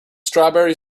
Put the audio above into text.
strawberry